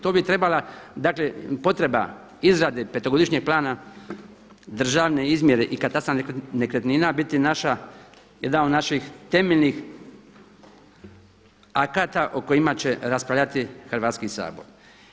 To bi trebala, dakle potreba izrade petogodišnjeg plana državne izmjere i katastra nekretnina biti naša, jedna od naših temeljnih akata o kojima će raspravljati Hrvatski sabor.